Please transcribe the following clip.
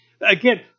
again